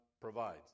provides